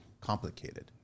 complicated